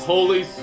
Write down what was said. Holy